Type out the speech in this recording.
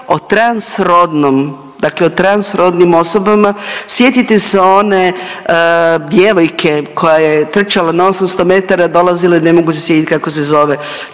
o transrodnom, dakle transrodnim osobama sjetite se one djevojke koja je trčala na 800 metara dolazila je ne mogu se sjetiti kako se zove,